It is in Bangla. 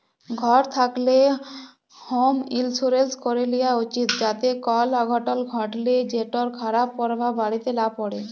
ঘর থ্যাকলে হম ইলসুরেলস ক্যরে লিয়া উচিত যাতে কল অঘটল ঘটলে সেটর খারাপ পরভাব বাড়িতে লা প্যড়ে